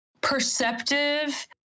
perceptive